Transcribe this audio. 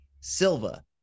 Silva